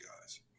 guys